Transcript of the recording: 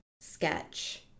sketch